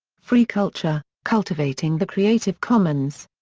free culture cultivating the creative commons.